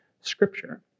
scripture